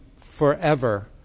forever